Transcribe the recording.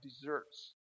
desserts